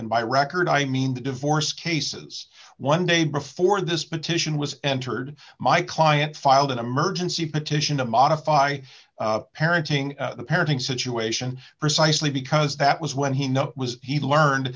and by record i mean the divorce cases one day before this petition was entered my client filed an emergency petition to modify parenting the parenting situation precisely because that was when he was he learned